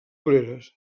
obreres